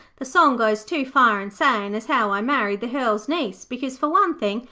the song goes too far in sayin as how i married the hearl's niece, because, for one thing,